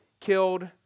killed